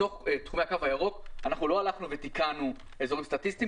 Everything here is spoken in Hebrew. בתוך הקו הירוק אנחנו לא תיקנו אזורים סטטיסטיים